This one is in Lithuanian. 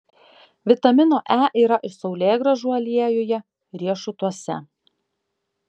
vitamino e yra saulėgrąžų aliejuje riešutuose